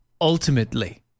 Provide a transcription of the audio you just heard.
Ultimately